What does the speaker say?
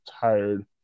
tired